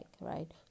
right